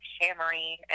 hammering